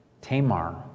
Tamar